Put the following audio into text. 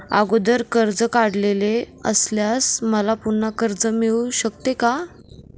अगोदर कर्ज काढलेले असल्यास मला पुन्हा कर्ज मिळू शकते का?